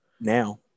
now